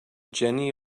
jenny